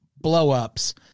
blow-ups